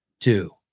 two